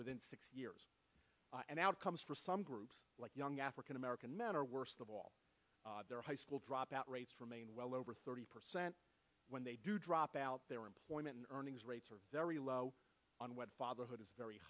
within six years and outcomes for some groups like young african american men are worst of all their high school dropout rates remain well over thirty percent when they do drop out their employment earnings rates are very low on whether fatherhood is very